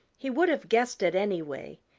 he would have guessed it anyway,